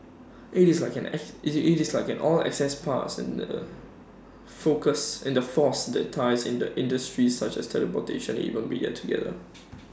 IT is like IT is like an all access pass and the focus in the force that ties industries such as transportation and even media together